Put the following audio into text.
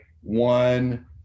one